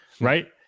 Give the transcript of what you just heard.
right